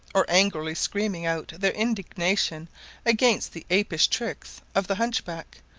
or angrily screaming out their indignation against the apish tricks of the hunchback,